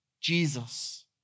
Jesus